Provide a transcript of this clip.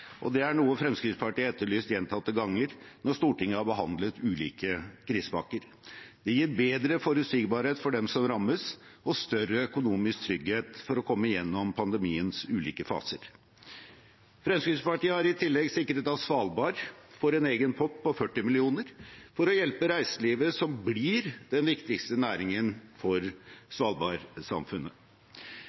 og det er noe Fremskrittspartiet har etterlyst gjentatte ganger når Stortinget har behandlet ulike krisepakker. Det gir bedre forutsigbarhet for dem som rammes, og større økonomisk trygghet for å komme igjennom pandemiens ulike faser. Fremskrittspartiet har i tillegg sikret at Svalbard får en egen pott på 40 mill. kr for å hjelpe reiselivet, som blir den viktigste næringen for svalbardsamfunnet.